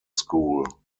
school